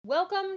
Welcome